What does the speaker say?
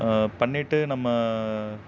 பண்ணிட்டு நம்ம